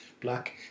black